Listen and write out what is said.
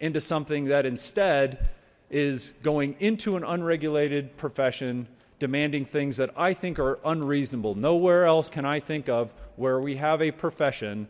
into something that instead is going into an unregulated profession demanding things that i think are unreasonable nowhere else can i think of where we have a profession